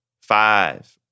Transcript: five